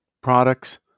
products